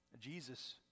Jesus